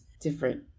different